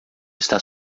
está